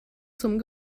zum